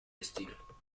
destino